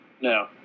No